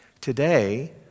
Today